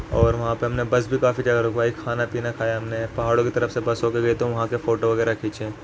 اور وہاں پہ ہم نے بس بھی کافی جگہ رکوائی کھانا پینا کھایا ہم نے پہاڑوں کی طرف سے بس ہو کے گئی تو وہاں کے فوٹو وغیرہ کھینچے